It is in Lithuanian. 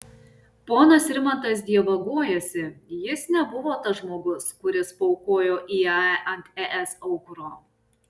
ponas rimantas dievagojasi jis nebuvo tas žmogus kuris paaukojo iae ant es aukuro